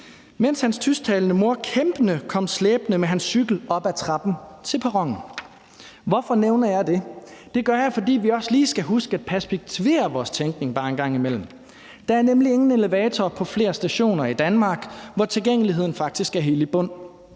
mens hans tysktalende mor kæmpende kom slæbende med hans cykel op ad trappen til perronen. Hvorfor nævner jeg det? Det gør jeg, fordi vi bare en gang imellem også lige skal huske at perspektivere vores tænkning. Der er nemlig ingen elevator på flere stationer i Danmark, hvor tilgængeligheden faktisk er helt i bund.